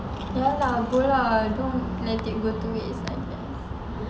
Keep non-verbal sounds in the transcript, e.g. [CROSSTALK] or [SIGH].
ya lah [NOISE]